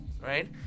right